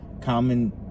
common